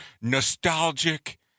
Nostalgic